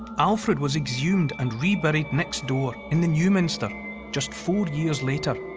alfred was exhumed and re-buried next door in the new minster just four years later.